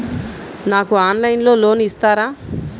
నాకు ఆన్లైన్లో లోన్ ఇస్తారా?